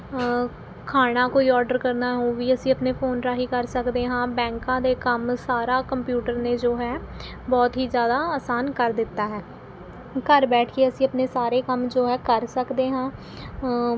ਖਾਣਾ ਕੋਈ ਔਰਡਰ ਕਰਨਾ ਉਹ ਵੀ ਅਸੀਂ ਆਪਣੇ ਫੋਨ ਰਾਹੀਂ ਕਰ ਸਕਦੇ ਹਾਂ ਬੈਂਕਾਂ ਦੇ ਕੰਮ ਸਾਰਾ ਕੰਪਿਊਟਰ ਨੇ ਜੋ ਹੈ ਬਹੁਤ ਹੀ ਜ਼ਿਆਦਾ ਆਸਾਨ ਕਰ ਦਿੱਤਾ ਹੈ ਘਰ ਬੈਠ ਕੇ ਅਸੀਂ ਆਪਣੇ ਸਾਰੇ ਕੰਮ ਜੋ ਹੈ ਕਰ ਸਕਦੇ ਹਾਂ